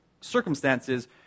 circumstances